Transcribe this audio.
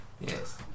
Yes